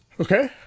Okay